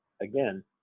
again